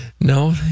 No